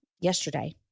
yesterday